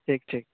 ᱴᱷᱤᱠ ᱴᱷᱤᱠ